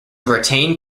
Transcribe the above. retain